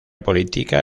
política